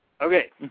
Okay